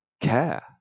care